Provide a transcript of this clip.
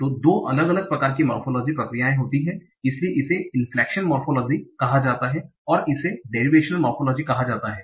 तो दो अलग अलग प्रकार की मोरफोलोजी प्रक्रियाएं होती हैं इसलिए इसे इनफ्लेकशन मोरफोलोजी कहा जाता है और इसे डेरिवेशनल मोरफोलोजी कहा जाता है